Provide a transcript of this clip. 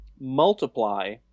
multiply